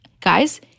Guys